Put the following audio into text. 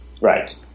right